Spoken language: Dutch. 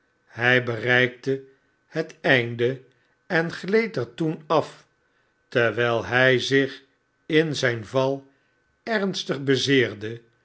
hy bereikte het einde en gleed er toen af terwyl by zich in zijn val ernstig bezeerde